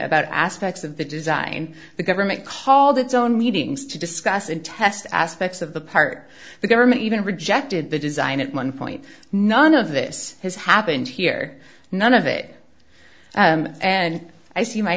about aspects of the design the government called its own meetings to discuss and test aspects of the part the government even rejected the design it one point none of this has happened here none of it and i see my